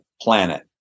planet